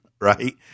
right